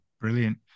brilliant